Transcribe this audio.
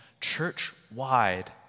church-wide